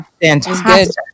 fantastic